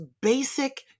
basic